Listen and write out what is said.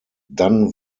dann